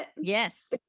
yes